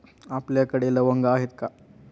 आपल्याकडे लवंगा आहेत का?